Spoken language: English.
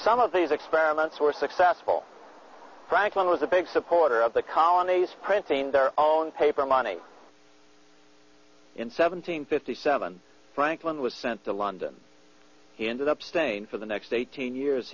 some of these experiments were successful franklin was a big supporter of the colonies printing their own paper money in seven hundred fifty seven franklin was sent to london he ended up staying for the next eighteen years